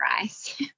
eyes